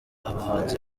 abahanzi